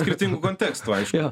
skirtingų kontekstu aišku